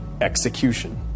execution